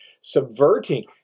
subverting